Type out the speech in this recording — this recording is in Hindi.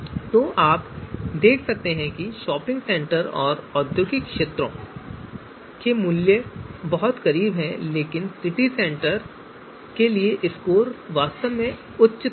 तो आप देख सकते हैं कि शॉपिंग सेंटर और औद्योगिक क्षेत्रों के लिए मूल्य बहुत करीब हैं लेकिन सिटी सेंटर के लिए स्कोर वास्तव में उच्च तरफ है